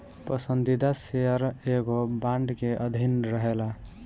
पसंदीदा शेयर एगो बांड के अधीन रहेला